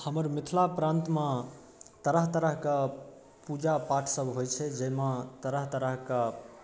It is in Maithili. हमर मिथिला प्रांतमे तरह तरहके पूजा पाठसबभ होइ छै जाहिमे तरह तरहके